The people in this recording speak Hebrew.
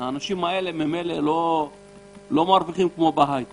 האנשים האלה ממילא לא מרוויחים כמו בהיי טק.